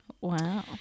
Wow